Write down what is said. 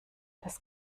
das